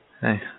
Hey